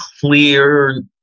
clear